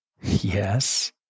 yes